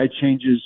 changes